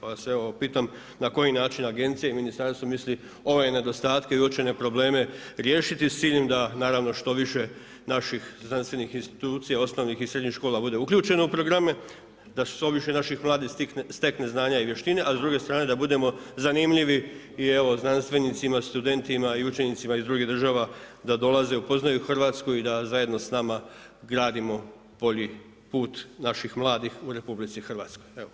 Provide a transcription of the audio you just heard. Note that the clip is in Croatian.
Pa se evo pitam na koji način agencija i ministarstvo misli ove nedostatke i uočene probleme riješiti s ciljem da naravno što više naših znanstvenih institucija, osnovnih i srednjih škola bude uključeno u programe, da što više naših mladih stekne znanja i vještine, a s druge strane da budemo zanimljivo i evo znanstvenicima, studentima i učenicima iz drugih država da dolaze, upoznaju Hrvatsku i da zajedno sa nama gradimo bolji put naših mladih u RH.